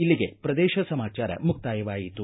ಇಲ್ಲಿಗೆ ಪ್ರದೇಶ ಸಮಾಚಾರ ಮುಕ್ತಾಯವಾಯಿತು